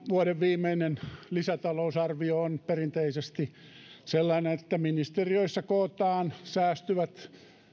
vuoden viimeinen lisätalousarvio on perinteisesti sellainen että ministeriöissä kootaan säästyvät